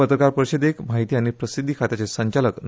पत्रकार परिशदेक म्हायती आनी प्रसिध्दी खात्याचे संचालक श्री